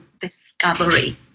discovery